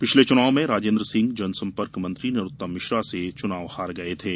पिछले चुनाव में राजेन्द्र सिंह जनंसपर्क मंत्री नरोत्तम मिश्रा से चुनाव हार गये थे